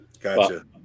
Gotcha